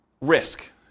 risk